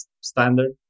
standard